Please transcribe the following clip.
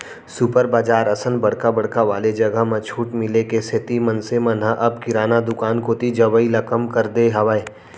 super बजार असन बड़का बड़का वाले जघा म छूट मिले के सेती मनसे मन ह अब किराना दुकान कोती जवई ल कम कर दे हावय